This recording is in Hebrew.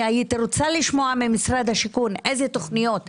אני הייתי רוצה לשמוע ממשרד השיכון לאיזה תוכניות מתכוונים.